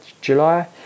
July